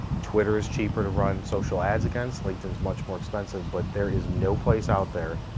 twitter is cheaper to run social ads against. linkedin's much more expensive, but there is no place out there,